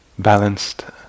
balanced